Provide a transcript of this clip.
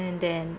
and then